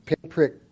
pinprick